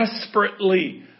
desperately